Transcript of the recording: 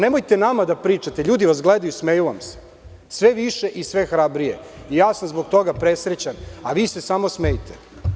Nemojte nama da pričate, ljudi vas gledaju i smeju vam se, sve više i sve hrabrije i ja sam zbog toga presrećan, a vi se samo smejte.